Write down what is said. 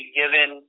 given